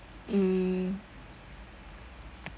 mm